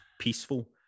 peaceful